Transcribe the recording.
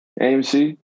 AMC